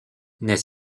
n’est